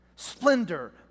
Splendor